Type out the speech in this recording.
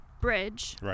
bridge